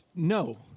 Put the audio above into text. No